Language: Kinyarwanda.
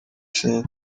center